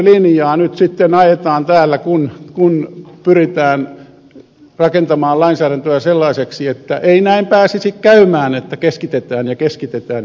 tätäkö linjaa nyt sitten ajetaan täällä kun pyritään rakentamaan lainsäädäntöä sellaiseksi että ei näin pääsisi käymään että keskitetään ja keskitetään ja keskitetään